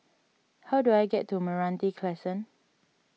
how do I get to Meranti Crescent